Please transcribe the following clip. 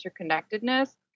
interconnectedness